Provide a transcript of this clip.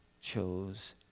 chose